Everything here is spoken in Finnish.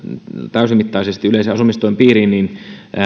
täysimittaisesti yleisen asumistuen piiriin niin